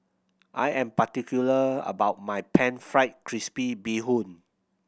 I am particular about my Pan Fried Crispy Bee Hoon